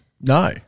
no